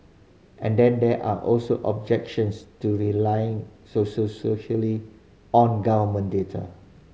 and then there are also objections to relying on government data